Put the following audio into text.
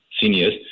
seniors